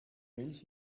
milch